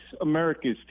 America's